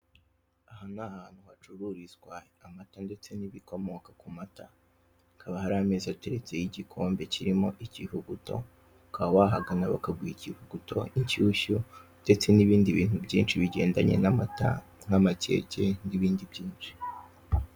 Aha ni ahantu hacururizwa amata ndetse n'ibikomoka ku mata, hakaba hari ameze ateretseho igikombe kirimo igivuguto, ukaba wahagana bakaguha ikivuguto, inshyushyu ndetse n'ibindi bintu byinshi bigendanye n'amata n'amakeke n'ibindi byinshi.